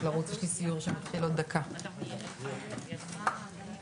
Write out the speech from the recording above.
הישיבה ננעלה בשעה 12:41.